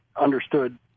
understood